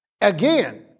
Again